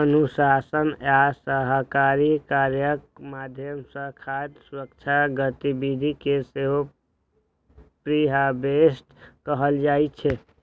अनुसंधान आ सहकारी कार्यक माध्यम सं खाद्य सुरक्षा गतिविधि कें सेहो प्रीहार्वेस्ट कहल जाइ छै